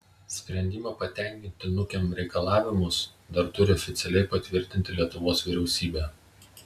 sprendimą patenkinti nukem reikalavimus dar turi oficialiai patvirtinti lietuvos vyriausybė